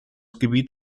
gebiet